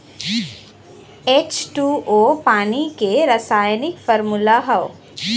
H two O पानी के रासायनिक फार्मूला हौ